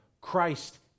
Christ